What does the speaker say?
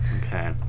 okay